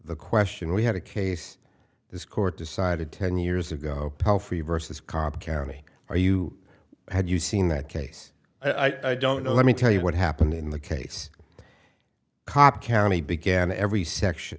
the question we had a case this court decided ten years ago how free versus cobb county are you had you seen that case i don't know let me tell you what happened in the case cobb county began every section